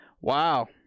Wow